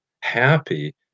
happy